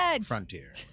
Frontier